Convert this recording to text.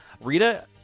Rita